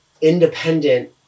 independent